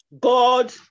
God